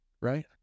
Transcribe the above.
right